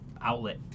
outlet